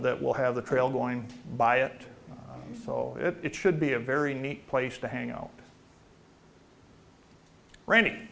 that will have the trail going by it so it should be a very neat place to hang out r